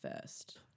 first